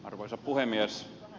arvoisa puhemies